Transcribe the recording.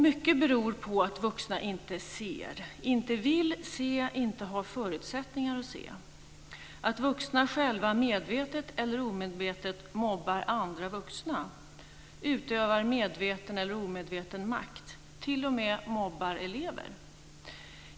Mycket beror på att vuxna inte ser, inte vill se eller inte har förutsättningar att se. Vuxna själva mobbar medvetet eller omedvetet andra vuxna, utövar medveten eller omedveten makt eller t.o.m. mobbar elever.